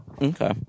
Okay